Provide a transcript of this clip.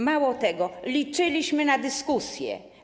Mało tego, liczyliśmy na dyskusję.